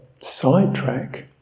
sidetrack